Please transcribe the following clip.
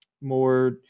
more